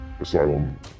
asylum